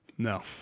No